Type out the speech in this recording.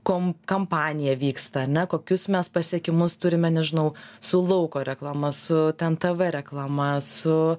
kom kampanija vyksta ne kokius mes pasiekimus turime nežinau su lauko reklama su ten tv reklama su